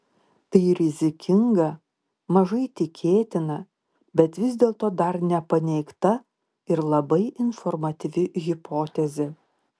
tai rizikinga mažai tikėtina bet vis dėlto dar nepaneigta ir labai informatyvi hipotezė